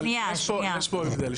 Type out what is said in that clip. יש פה הבדל.